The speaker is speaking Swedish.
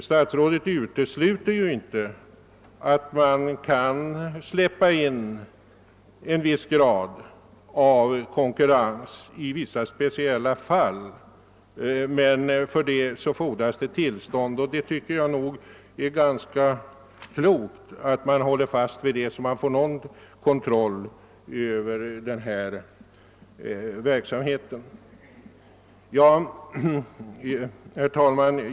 Statsrådet utesluter ju inte att man kan släppa in en viss grad av konkurrens i vissa speciella fall, men för det fordras tillstånd. Jag tycker det är ganska klokt att man håller fast vid detta, så att man: får någon kontroll över verksamheten. Herr talman!